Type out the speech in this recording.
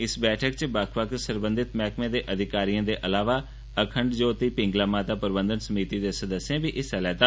इस बैठक च बक्ख बक्ख सरबंध मैहकमे दे अधिकारियें दे अलावा अखंड ज्योति प्रिंगला माता प्रबंधन समिति दे सदस्यें बी हिस्सा लैता